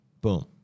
Boom